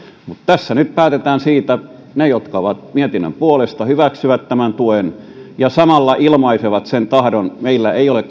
mutta tässä nyt päätetään siitä ne jotka ovat mietinnön puolesta hyväksyvät tämän tuen ja samalla ilmaisevat sen tahdon meillä ei ole